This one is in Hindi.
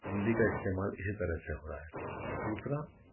हिंदी का इस्तेमाल इसी तरह हो रहा है दूसरा